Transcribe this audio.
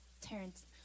Terrence